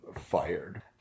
fired